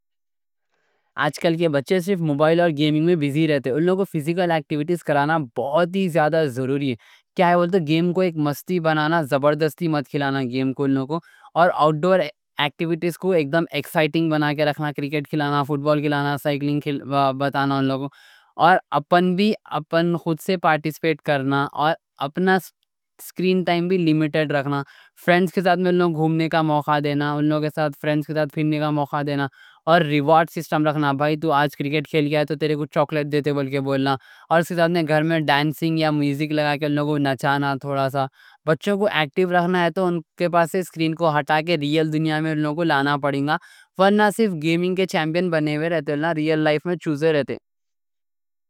آج کل کے بچے صرف موبائل اور گیمنگ میں بزی رہتے۔ ان لوگوں کو فیزیکل ایکٹیوٹیز کرانا بہت زیادہ ضروری ہے۔ کیا ہے بولتا، گیم کو ایک مستی بنانا، زبردستی مت کھلانا۔ گیم کو، ان لوگوں اور آؤٹ ڈور ایکٹیوٹیز کو ایک دم ایکسائٹنگ بنا کے رکھنا۔ کرکٹ کھلانا، فوٹبال کھلانا، سائیکلنگ بتانا ان لوگوں۔ اور اپن بھی اپن خود سے پارٹیسپیٹ کرنا اور اپنا سکرین ٹائم بھی لیمیٹیڈ رکھنا۔ فرینڈز کے ساتھ میں ان لوگ گھومنے کا موقع دینا، ان لوگ کے ساتھ فرینڈز کے ساتھ پھرنے کا موقع دینا۔ اور ریوارڈ سسٹم رکھنا، بھائی، تو آج کرکٹ کھیل گیا ہے تو تیرے کو چاکلیٹ دیتے بول کے بولنا۔ اور اس کے ساتھ میں گھر میں ڈانسنگ یا میوزک لگا کے ان لوگوں کو نچانا۔ تھوڑا سا بچوں کو ایکٹیوٹیز رکھنا ہے۔ تو ان کے پاس سکرین کو ہٹا کے ریال دنیا میں ان لوگوں کو لانا پڑیں گا۔ پر نہ صرف گیمنگ کے چیمپئن بنے ہوئے رہتے، انہوں نے ریال لائف میں چوہے رہتے۔